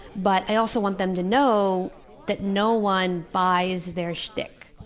but i also want them to know that no one buys their shtick.